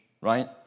right